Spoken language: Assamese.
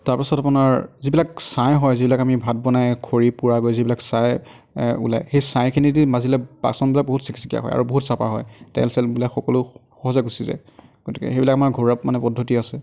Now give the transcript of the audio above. তাৰপাছত আপোনাৰ যিবিলাক ছাই হয় যিবিলাক আমি ভাত বনাই খৰি পোৰা গৈ যিবিলাক ছাই ওলায় সেই ছাইখিনি দি মাজিলে বাচনবিলাক বহুত চিকচিকিয়া হয় আৰু বহুত চফা হয় তেল চেলবিলাক সকলো সহজে গুচি যায় গতিকে সেইবিলাক আমাৰ ঘৰুৱা মানে পদ্ধতি আছে